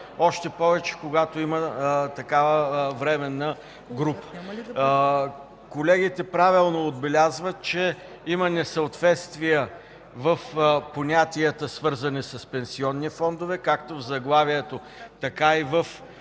още повече когато има такава временна група. Колегите правилно отбелязаха, че има несъответствия в понятията, свързани с пенсионни фондове, както в заглавието, така и в